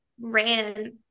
ran